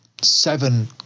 seven